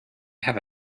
have